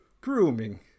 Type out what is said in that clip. Grooming